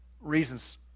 reasons